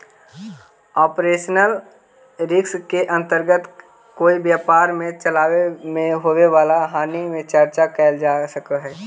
operational risk के अंतर्गत कोई व्यापार के चलावे में होवे वाला हानि के चर्चा कैल जा सकऽ हई